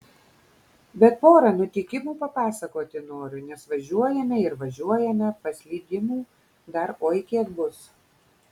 bet porą nutikimų papasakoti noriu nes važiuojame ir važiuojame paslydimų dar oi kiek bus